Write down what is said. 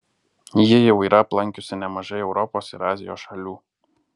ji jau yra aplankiusi nemažai europos ir azijos šalių